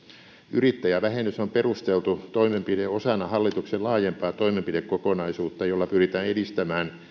yrittäjävähennys on perusteltu toimenpide osana hallituksen laajempaa toimenpidekokonaisuutta jolla pyritään edistämään